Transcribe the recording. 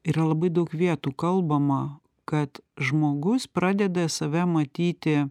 yra labai daug vietų kalbama kad žmogus pradeda save matyti